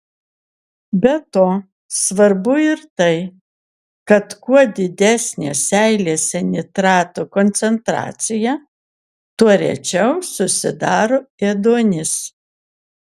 be to svarbu ir tai kad kuo didesnė seilėse nitratų koncentracija tuo rečiau susidaro ėduonis